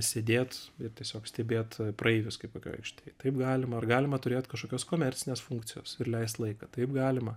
sėdėt ir tiesiog stebėt praeivius kaip kokioj aikštėj taip galima ar galima turėt kažkokios komercinės funkcijos ir leist laiką taip galima